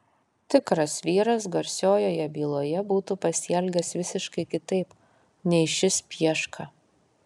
tikras vyras garsiojoje byloje būtų pasielgęs visiškai kitaip nei šis pieška